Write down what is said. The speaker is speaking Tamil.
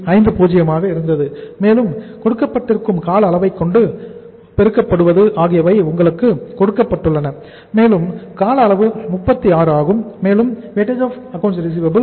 50 ஆக இருந்தது மேலும் கொடுக்கப்பட்டிருக்கும் கால அளவை கொண்டு பெருக்கப்படுவது ஆகியவை உங்களுக்கு கொடுக்கப்பட்டுள்ளன மேலும் கால அளவு 36 ஆகும் மேலும் War 0